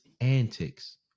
antics